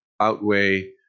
outweigh